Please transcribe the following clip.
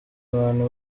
abantu